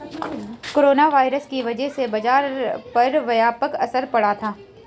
corona virus की वजह से बाजार पर व्यापक असर पड़ा था